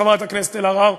חברת הכנסת אלהרר,